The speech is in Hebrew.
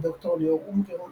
וד״ר ליאור אונגר,